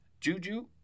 Juju